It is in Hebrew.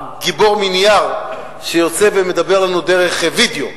הגיבור מנייר שיוצא ומדבר לנו דרך וידיאו,